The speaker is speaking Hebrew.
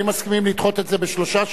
האם מסכימים לדחות את זה בשלושה שבועות?